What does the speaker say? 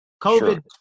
COVID